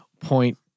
point